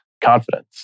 confidence